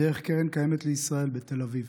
בדרך קרן קיימת לישראל בתל אביב.